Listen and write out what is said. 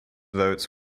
votes